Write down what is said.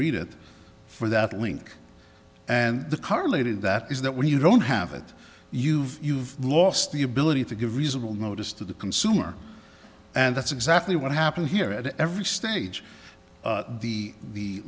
read it for that link and the car later that is that when you don't have it you've you've lost the ability to give reasonable notice to the consumer and that's exactly what happened here at every stage the the